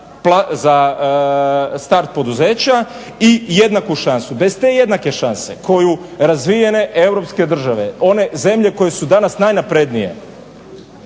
za start poduzeća i jednaku šansu. Bez te jednake šanse koju razvijene europske države, one zemlje koje su danas najnaprednije